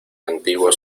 antiguo